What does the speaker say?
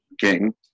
King